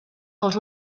els